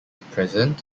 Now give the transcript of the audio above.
present